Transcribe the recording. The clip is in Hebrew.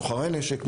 סוחרי נשק,